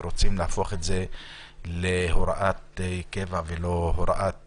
ורוצים להפוך את זה להוראת קבע ולא הוראת שעה.